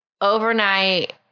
overnight